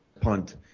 punt